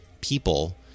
people